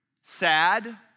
sad